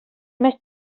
més